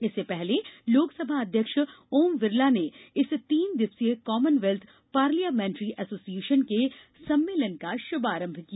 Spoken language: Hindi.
इससे पहले लोकसभा अध्यक्ष ओम बिरला ने इस तीन दिवसीय कॉमनवेल्थ पार्लियामेन्ट्री एसोसिएशन के सम्मेलन का शुभारंभ किया